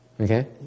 Okay